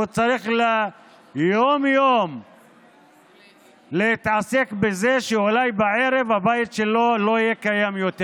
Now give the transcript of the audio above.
והוא צריך יום-יום להתעסק בזה שאולי בערב הבית שלו לא יהיה קיים יותר.